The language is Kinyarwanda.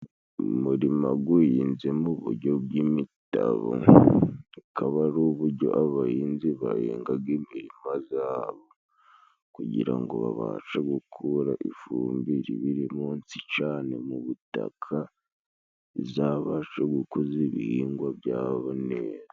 Umurima guhinze mu buryo bw'imitabo kaba ari uburyo abahinzi bahingaga imirima zabo kugira ngo babashe gukura ifumbire ibiri munsi cane mu butaka bizabasha gukuza ibihingwa byabo neza